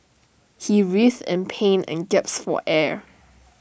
he writhed in pain and gasped for air